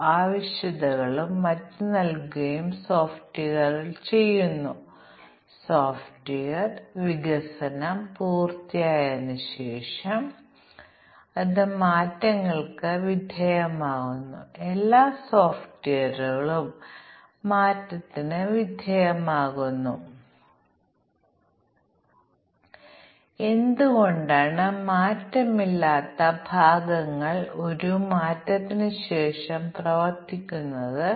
സാധ്യമായ എല്ലാ കോമ്പിനേഷനുകളും ഗവേഷകർ ധാരാളം സോഫ്റ്റ്വെയറുകൾ പരീക്ഷിച്ചുവെന്നും നിങ്ങൾക്ക് 40 ഇൻപുട്ട് വേരിയബിളുകൾ ഉണ്ടെങ്കിൽ 2 ടെസ്റ്റ് 2 കോമ്പിനേഷനുകൾ എന്നിവ പരിഗണിച്ചാൽ മിക്കവാറും എല്ലാ ബഗുകളും കണ്ടെത്തുമെന്നും ഞങ്ങൾ പരീക്ഷിക്കേണ്ടതില്ല